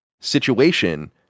situation